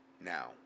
now